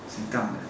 sengkang there